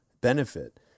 benefit